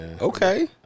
okay